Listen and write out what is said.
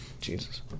Jesus